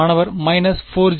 மாணவர் 4jb